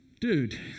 dude